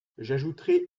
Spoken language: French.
j’ajouterai